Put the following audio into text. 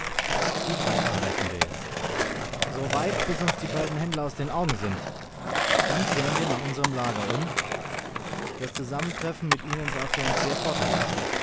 wie weit reiten wir jetzt so weit bis uns diese beiden händler aus den augen sind dann kehren wir nach unserm lager um das zusammentreffen mit ihnen war für uns sehr vorteilhaft